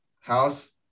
house